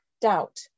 doubt